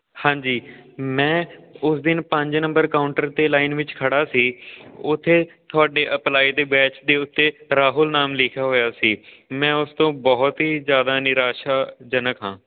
ਹਾਂਜੀ ਮੈਂ ਉਸ ਦਿਨ ਪੰਜ ਨੰਬਰ ਕਾਊਂਟਰ 'ਤੇ ਲਾਈਨ ਵਿੱਚ ਖੜ੍ਹਾ ਸੀ ਉੱਥੇ ਤੁਹਾਡੇ ਅੰਪਲਾਈ ਦੇ ਬੈਚ ਦੇ ਉੱਤੇ ਰਾਹੁਲ ਨਾਮ ਲਿਖਿਆ ਹੋਇਆ ਸੀ ਮੈਂ ਉਸ ਤੋਂ ਬਹੁਤ ਹੀ ਜ਼ਿਆਦਾ ਨਿਰਾਸ਼ਾਜਨਕ ਹਾਂ